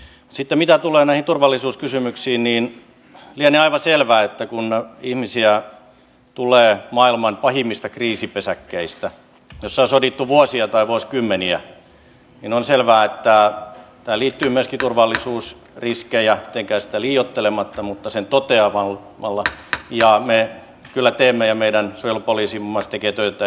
sitten mitä tulee näihin turvallisuuskysymyksiin lienee aivan selvää että kun ihmisiä tulee maailman pahimmista kriisipesäkkeistä joissa on sodittu vuosia tai vuosikymmeniä tähän liittyy myöskin turvallisuusriskejä mitenkään niitä liioittelematta mutta ne toteamalla ja me kyllä teemme ja muun muassa meidän suojelupoliisimme tekee töitä tämän eteen